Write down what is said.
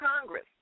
Congress